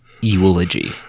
Eulogy